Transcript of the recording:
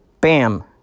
bam